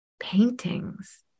paintings